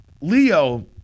Leo